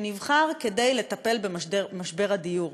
שנבחר כדי לטפל במשבר הדיור.